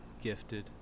gifted